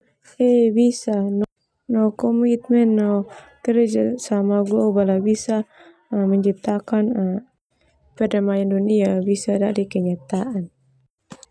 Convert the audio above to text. He bisa no komitmen no kerja sama global bisa menciptakan perdamaian dunia bisa menjadi kenyataan.